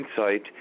Insight